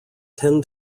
ten